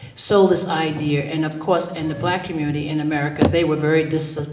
sold this idea and of course in the black community in america they were very dis. ah